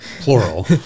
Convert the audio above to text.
Plural